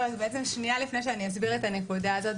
לפני שאני אסביר את הנקודה הזאת,